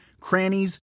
crannies